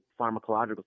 pharmacological